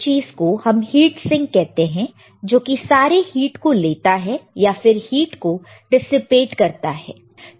इस चीज को हम हिट सिंक कहते हैं जो कि सारे हीट को लेता है या फिर हीट को डिसीपेट करता है